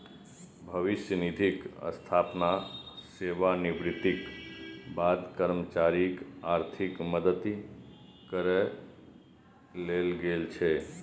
भविष्य निधिक स्थापना सेवानिवृत्तिक बाद कर्मचारीक आर्थिक मदति करै लेल गेल छै